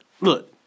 look